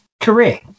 career